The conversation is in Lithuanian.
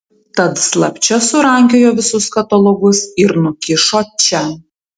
tad slapčia surankiojo visus katalogus ir nukišo čia